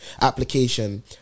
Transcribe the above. application